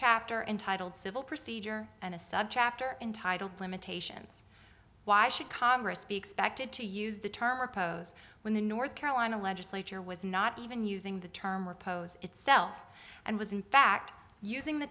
chapter entitled civil procedure and a sub chapter entitled limitations why should congress be expected to use the term repos when the north carolina legislature was not even using the term repose itself and was in fact using